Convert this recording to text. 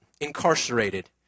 incarcerated